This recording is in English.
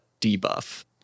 debuff